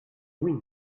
gwin